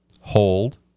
Hold